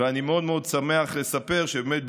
ואני מאוד מאוד שמח לספר שבאמת,